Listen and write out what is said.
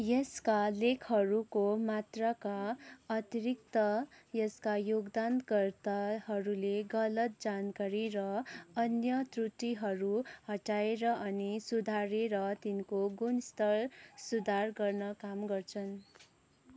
यसका लेखहरूको मात्राका अतिरिक्त यसका योगदानकर्ताहरूले गलत जानकारी र अन्य त्रुटिहरू हटाएर अनि सुधारेर तिनको गुणस्तर सुधार गर्न काम गर्छन्